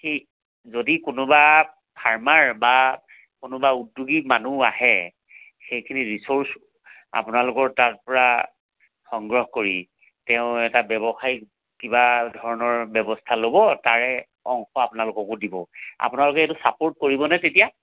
সেই যদি কোনোবা ফাৰ্মাৰ বা উদ্য়েগিক মানুহ আহে সেইখিনি ৰিচোৰ্চ আপোনালোকৰ তাৰপৰা সংগ্ৰহ কৰি তেওঁ এটা ব্য়ৱসায়িক কিবা ধৰণৰ ব্য়ৱস্থা ল'ব তাৰে অংশ আপোনালোককো দিব আপোনালোকে এটো চাপোৰ্ট কৰিব নে তেতিয়া